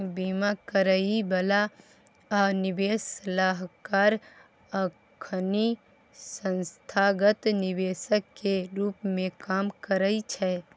बीमा करइ बला आ निवेश सलाहकार अखनी संस्थागत निवेशक के रूप में काम करइ छै